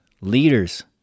leaders